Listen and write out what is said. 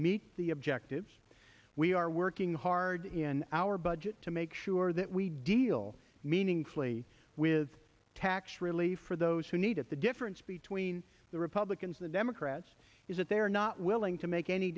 meet the objectives we are working hard in our budget to make sure that we deal meaningfully with tax relief for those who need it the difference between the republicans the democrats is that they are not willing to make any